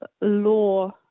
law